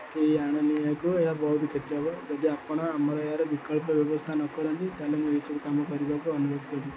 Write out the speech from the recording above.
କି ଆଣନି ଆକୁ ଏହା ବହୁତ କ୍ଷତି ହେବ ଯଦି ଆପଣ ଆମର ଏହାର ବିକଳ୍ପ ବ୍ୟବସ୍ଥା ନ କରନ୍ତି ତା'ହେଲେ ମୁଁ ଏହିସବୁ କାମ କରିବାକୁ ଅନୁରୋଧ କରିବି